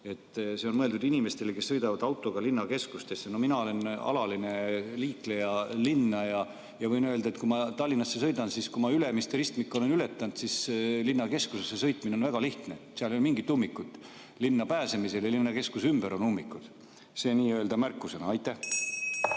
need on mõeldud inimestele, kes sõidavad autoga linnakeskustesse. Mina olen alaline liikleja linna suunal ja võin öelda, et kui ma Tallinnasse sõidan, siis pärast Ülemiste ristmiku ületamist on linnakeskusesse sõita väga lihtne, seal ei ole mingit ummikut. Linna pääsemisel ja linnakeskuse ümber on ummikud. See oli öeldud märkusena. Aitäh!